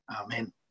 Amen